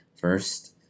First